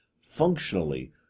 functionally